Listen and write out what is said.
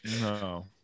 no